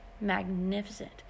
magnificent